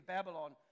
Babylon